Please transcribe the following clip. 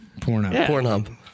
Pornhub